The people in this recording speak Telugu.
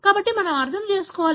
కాబట్టి మనం అర్థం చేసుకోవాలి